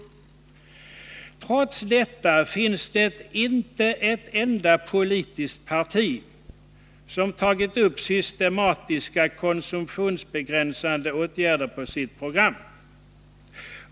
Trots detta finns det inte ett enda politiskt parti som tagit upp systematiska konsumtionsbegränsande åtgärder på sitt program.